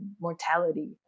mortality